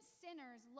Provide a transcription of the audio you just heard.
sinners